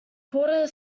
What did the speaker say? quarter